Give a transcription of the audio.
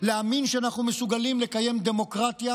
להאמין שאנחנו מסוגלים לקיים דמוקרטיה